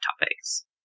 topics